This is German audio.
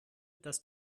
dass